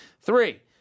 Three